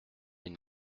une